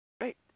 Great